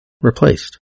replaced